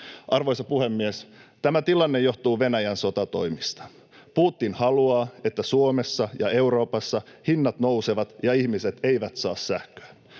Arvoisa puhemies! Tämä tilanne johtuu Venäjän sotatoimista. Putin haluaa, että Suomessa ja Euroopassa hinnat nousevat ja ihmiset eivät saa sähköä.